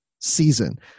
season